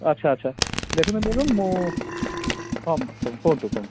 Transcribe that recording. ଆଚ୍ଛା ଆଚ୍ଛା ଦେଖନ୍ତୁ ମ୍ୟାଡ଼ାମ୍ ମୁଁ ହଁ କୁହନ୍ତୁ କୁହନ୍ତୁ